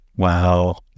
Wow